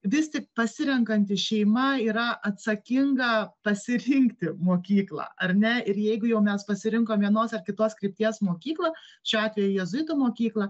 vis tik pasirenkanti šeima yra atsakinga pasirinkti mokyklą ar ne ir jeigu jau mes pasirinkom vienos ar kitos krypties mokyklą šiuo atveju jėzuitų mokyklą